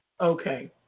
Okay